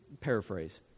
Paraphrase